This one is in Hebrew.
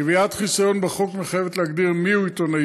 קביעת חיסיון בחוק מחייבת להגדיר מיהו עיתונאי.